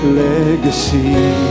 legacy